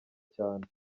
cyane